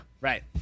right